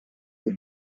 des